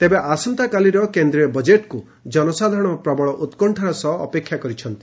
ତେବେ ଆସନ୍ତାକାଲିର କେନ୍ଦ୍ରୀୟ ବଜେଟ୍କୁ ଜନସାଧାରଣ ପ୍ରବଳ ଉକୁଷାର ସହ ଅପେକ୍ଷା କରିଛନ୍ତି